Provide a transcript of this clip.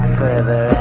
further